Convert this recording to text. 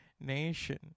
nation